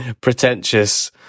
pretentious